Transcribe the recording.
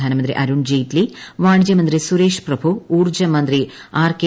ധനമന്ത്രി അരുൺ ജെയ്റ്റ്ലി വാണിജ്യമന്ത്രി സുരേഷ് പ്രഭു ഊർജ്ജ മൂന്ത്രി ആർ കെ